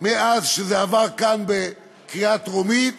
מאז שזה עבר כאן בקריאה טרומית